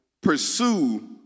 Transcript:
pursue